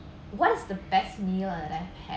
what is the best meal I've ever had